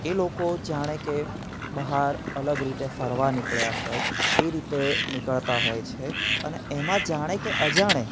એ લોકો જાણે કે બહાર અલગ રીતે ફરવા નીકળ્યા હોય એ રીતે નીકળતા હોય છે અને એમાં જાણે કે અજાણે